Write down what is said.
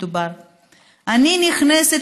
אני נכנסת